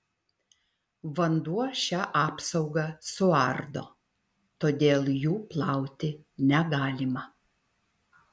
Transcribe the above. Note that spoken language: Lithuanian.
vanduo šią apsaugą suardo todėl jų plauti negalima